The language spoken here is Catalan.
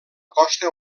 costa